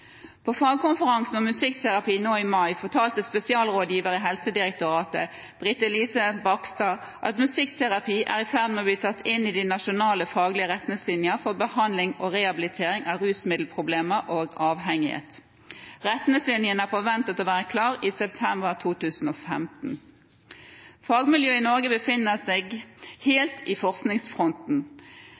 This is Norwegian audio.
På fagkonferansen om musikkterapi nå i mai fortalte spesialrådgiver i Helsedirektoratet Brittelise Bakstad at musikkterapi er i ferd med å bli tatt inn i den nasjonale faglige retningslinjen for behandling og rehabilitering av rusmiddelproblemer og avhengighet. Retningslinjen er forventet å være klar i september 2015. Fagmiljøet i Norge befinner seg helt i forskningsfronten.